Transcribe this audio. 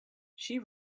she